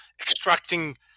extracting